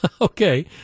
Okay